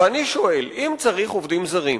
ואני שואל: אם צריך עובדים זרים,